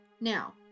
Now